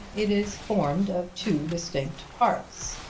it is formed of two distinct parts.